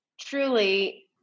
Truly